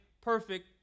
perfect